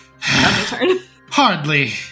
hardly